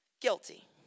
Guilty